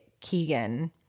Keegan